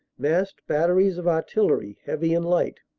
massed batteries of artillery, heavy and light,